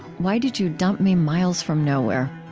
why did you dump me miles from nowhere?